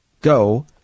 go